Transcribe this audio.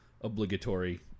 obligatory